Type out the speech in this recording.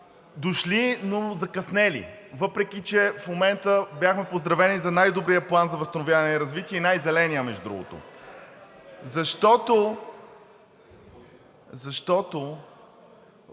дошли, но са закъснели, въпреки че в момента бяхме поздравени за най-добрия План за възстановяване и развитие, който е най зеленият, между другото. Защото в